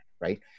right